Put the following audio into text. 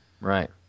Right